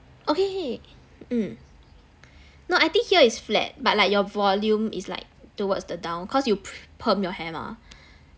okay mm no I think here is flat but like your volume is like towards the down cause you pre~ perm your hair mah